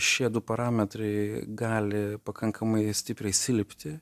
šie du parametrai gali pakankamai stipriai silpti